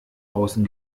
außen